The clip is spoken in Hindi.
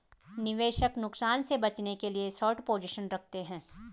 निवेशक नुकसान से बचने के लिए शार्ट पोजीशन रखते है